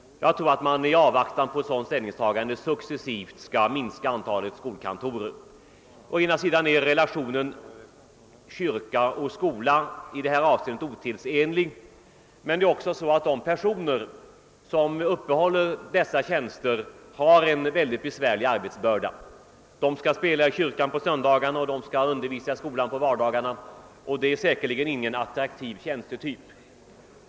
Jag anser att man i avvaktan på ett sådant ställningsta gande successivt bör minska antalet skolkantorer. Dels är relationen kyrka —Sskola i detta avseende otidsenlig, dels förhåller det sig också på det sättet att de personer som uppehåller dessa tjänster har en mycket besvärlig arbetsbörda. De skall spela i kyrkan på söndagarna, och de skall undervisa i skolan på vardagarna, och det är säkerligen inga attraktiva tjänster.